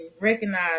recognize